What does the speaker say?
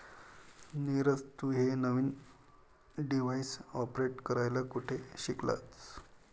नीरज, तू हे नवीन डिव्हाइस ऑपरेट करायला कुठे शिकलास?